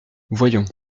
voyons